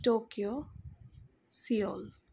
Tokyo Seoul